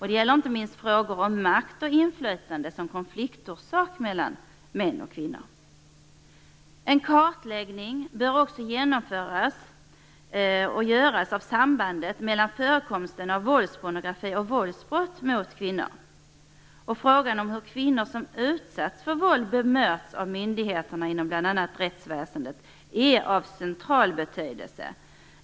Det gäller inte minst frågor om makt och inflytande som konfliktorsak mellan män och kvinnor. En kartläggning bör också göras av sambandet mellan förekomsten av våldspornografi och våldsbrott mot kvinnor. Frågan hur kvinnor som utsätts för våld bemöts av myndigheterna inom bl.a. rättsväsendet är av central betydelse.